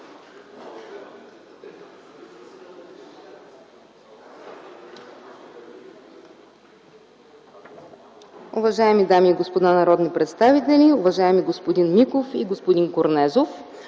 Уважаеми дами и господа, народни представители, уважаеми господин Миков и господин Корнезов!